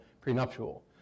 prenuptial